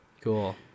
Cool